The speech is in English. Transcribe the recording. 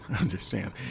understand